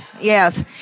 Yes